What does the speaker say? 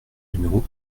numéro